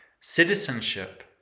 Citizenship